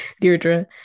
Deirdre